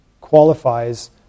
qualifies